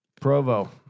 Provo